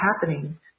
happening